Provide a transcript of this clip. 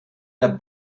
der